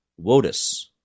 WOTUS